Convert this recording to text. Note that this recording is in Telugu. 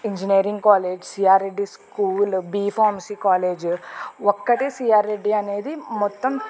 engineering college CR Reddy school B pharmacy college ఒక్కటే సిఆర్ రెడ్డి అనేది మొత్తం